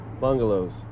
bungalows